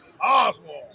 Oswald